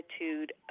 attitude